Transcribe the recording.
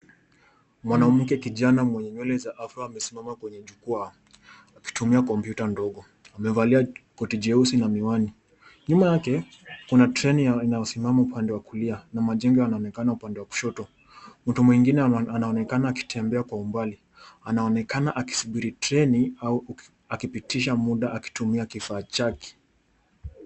Mwanamke kijana mwenye nywele za afro amesimama kwenye jukwaa akitumia kompyuta ndogo. Amevalia koti jeusi na miwani. Nyuma yake kuna treni inayosimama upande wa kulia na majengo yanaonekana upande wa kushoto. Mtu mwingine anaonekana akitembea kwa umbali, anaonekana akisubiri treni au akipitisha muda akitumia kifaa chake.